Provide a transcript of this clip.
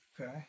okay